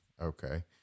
Okay